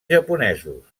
japonesos